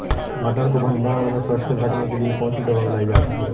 मटर को भंडारण में सुरक्षित रखने के लिए कौन सी दवा मिलाई जाती है?